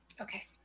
Okay